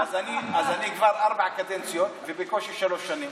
אז אני כבר ארבע קדנציות ובקושי שלוש שנים.